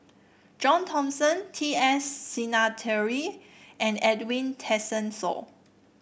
John Thomson T S Sinnathuray and Edwin Tessensohn